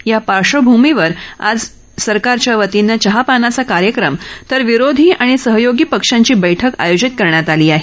या पार्श्वभूमीवर आज सरकारच्या वतीन चहापानाचा कार्यक्रम तर विरोधी पक्ष आणि सहयोगी पक्षांची बैठक आयोजित करण्यात आली आहे